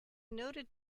noted